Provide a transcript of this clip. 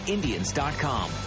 Indians.com